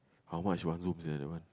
how much one room sia that one